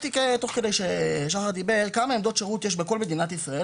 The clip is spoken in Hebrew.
בדקתי תוך כדי ששחר דיבר כמה עמדות שירות יש בכל מדינת ישראל,